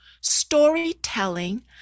storytelling